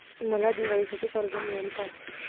मला दिवाळीसाठी कर्ज मिळेल का?